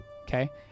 Okay